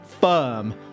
firm